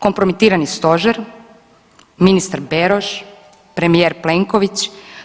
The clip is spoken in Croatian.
Kompromitirani stožer, ministar Beroš, premijer Plenković?